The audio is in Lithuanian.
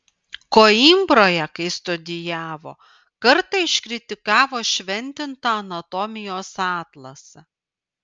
koimbroje kai studijavo kartą iškritikavo šventintą anatomijos atlasą